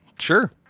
Sure